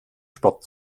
sport